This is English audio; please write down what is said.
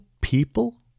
people